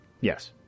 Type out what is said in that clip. Yes